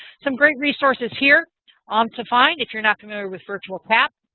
some great resources here um to find if you're not familiar with virtual caf.